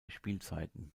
spielzeiten